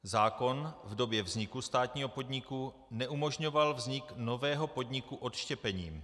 Zákon v době vzniku státního podniku neumožňoval vznik nového podniku odštěpením.